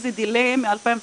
איזה דיליי מ-2010,